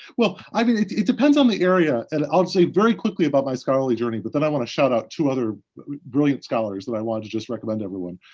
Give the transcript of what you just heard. well, i mean, it it depends on the area, and i'll just say very quickly about my scholarly journey, but then i want to shout out two other brilliant scholars that i want to just recommend everyone.